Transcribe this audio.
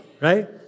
right